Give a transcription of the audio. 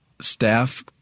staff